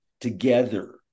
together